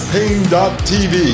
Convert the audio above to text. Pain.tv